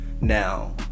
Now